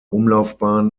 umlaufbahn